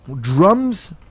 drums